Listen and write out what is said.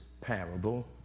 parable